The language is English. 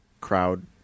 crowd